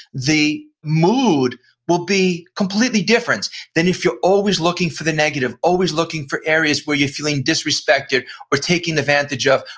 the mood will be completely different then if you're always looking for the negative, always looking for areas where you're feeling disrespected or taking advantage of,